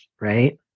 right